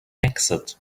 exit